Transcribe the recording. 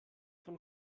von